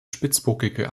spitzbogige